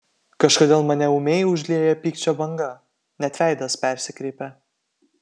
kažkodėl mane ūmiai užlieja pykčio banga net veidas persikreipia